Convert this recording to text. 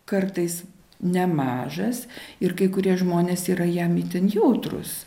kartais nemažas ir kai kurie žmonės yra jam itin jautrūs